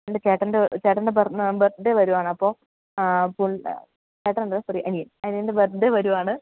എൻ്റെ ചേട്ടൻ്റെ ചേട്ടൻ്റെ ബർത്ത്ഡേ വരുകയാണ് അപ്പോള് ചേട്ടനല്ല സോറി അനിയൻ അനിയൻ്റെ ബർത്ത്ഡേ വരികയാണ്